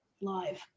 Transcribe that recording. live